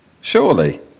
surely